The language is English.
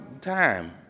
time